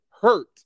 hurt